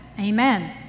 Amen